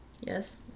Yes